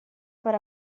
per